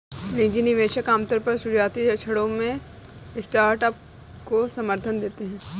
निजी निवेशक आमतौर पर शुरुआती क्षणों में स्टार्टअप को समर्थन देते हैं